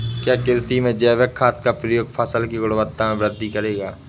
क्या कृषि में जैविक खाद का प्रयोग फसल की गुणवत्ता में वृद्धि करेगा?